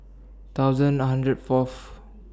one thousand one hundred Fourth